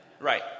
right